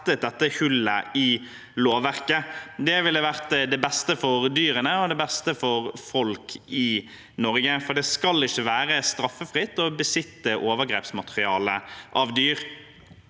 dette hullet i lovverket. Det ville vært det beste for dyrene og det beste for folk i Norge, for det skal ikke være straffritt å besitte overgrepsmateriale av dyr.